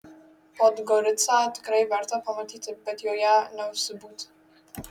podgoricą tikrai verta pamatyti bet joje neužsibūti